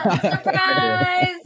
surprise